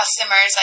customers